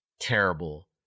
Terrible